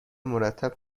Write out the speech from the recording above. مرتب